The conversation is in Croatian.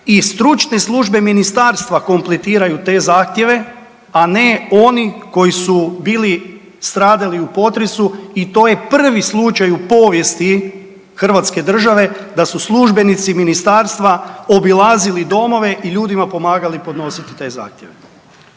i stručne službe ministarstva kompletiraju te zahtjeve, a ne oni koji su bili stradali u potresu i to je prvi slučaj u povijesti hrvatske države da su službenici ministarstva obilazili domove i ljudima pomagali podnositi te zahtjeve.